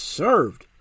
served